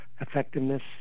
effectiveness